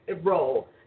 role